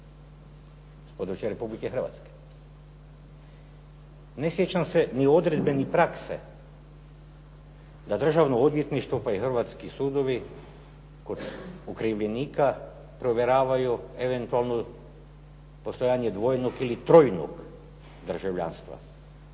s područja Republike Hrvatske. Ne sjećam se ni odredbe ni prakse da državno odvjetništvo, pa i hrvatski sudovi kod okrivljenika provjeravaju eventualno postojanje dvojnog ili trojnog državljanstva